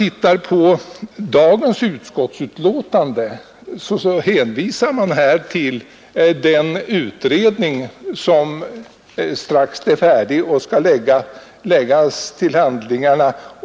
I dagens utskottsbetänkande hänvisas till den utredning som snart är färdig att lägga fram sitt förslag.